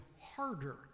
harder